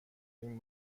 این